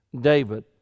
David